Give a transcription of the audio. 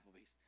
applebee's